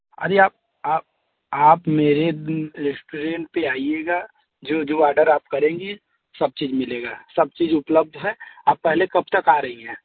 अरे आप आप आप मेरे रेस्टोरेंट पर आइएगा जो जो ऑर्डर आप करेंगी सब चीज़ मिलेगा सब चीज़ उपलब्ध है आप पहले कब तक आ रही हैं